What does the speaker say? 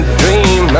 dream